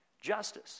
justice